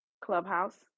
Clubhouse